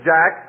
Jack